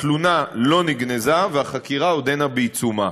התלונה לא נגנזה והחקירה עודנה בעיצומה.